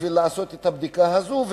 כדי לעשות את הבדיקה הזאת,